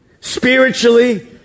spiritually